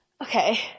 okay